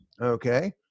Okay